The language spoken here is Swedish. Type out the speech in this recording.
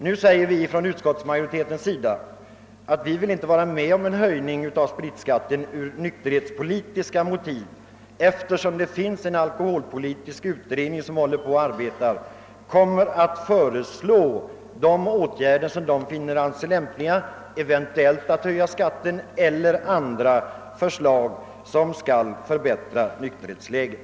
Nu säger vi inom utskottsmajoriteten, att vi inte vill vara med om en höjning av Sspritskatten av nykterhetspolitiska skäl, eftersom det finns en alkoholpoli tisk utredning som arbetar för närvarande och som kommer att föreslå de åtgärder som den finner lämpliga, eventuellt att höja skatten eller andra åtgärder som skall förbättra nykterhetsläget.